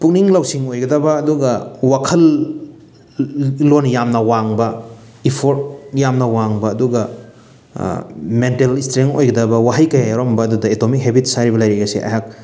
ꯄꯨꯛꯅꯤꯡ ꯂꯧꯁꯤꯡ ꯑꯣꯏꯒꯗꯕ ꯑꯗꯨꯒ ꯋꯥꯈꯜ ꯂꯣꯟ ꯌꯥꯝꯅ ꯋꯥꯡꯕ ꯏꯐꯣꯔꯠ ꯌꯥꯝꯅ ꯋꯥꯡꯕ ꯑꯗꯨꯒ ꯃꯦꯟꯇꯦꯜ ꯏꯁꯇ꯭ꯔꯦꯡ ꯑꯣꯏꯒꯗꯕ ꯋꯥꯍꯩ ꯀꯌꯥ ꯌꯥꯎꯔꯝꯕ ꯑꯦꯇꯣꯃꯤꯛ ꯍꯦꯕꯤꯠꯁ ꯍꯥꯏꯔꯤꯕ ꯂꯥꯏꯔꯤꯛ ꯑꯁꯦ ꯑꯩꯍꯥꯛ